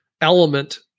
element